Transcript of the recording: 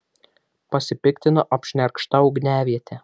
pasipiktino apšnerkšta ugniaviete